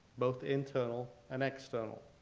both internal and external.